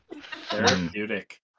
Therapeutic